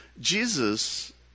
Jesus